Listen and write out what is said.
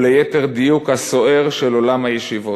או ליתר דיוק הסוהר של עולם הישיבות.